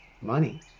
money